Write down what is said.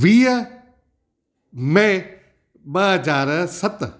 वीह मे ॿ हज़ार सत